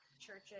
churches